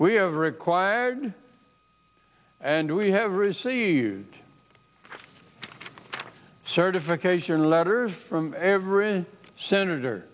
we have required and we have received certification letters from every senator